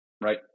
right